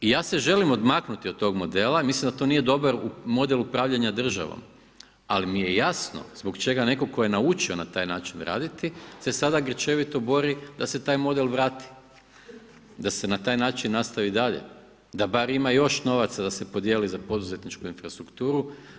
I ja se želim odmaknuti od tog modela i mislim da to nije dobar model upravljanja državom, ali mi je jasno zbog čega neko tko je naučio na taj način raditi se sada grčevito bori da se taj model vrati, da se na taj način nastavi i dalje, da bar ima još novaca da se podijeli za poduzetničku infrastrukturu.